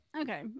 okay